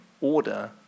order